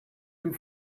dem